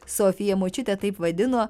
sofija močiutę taip vadino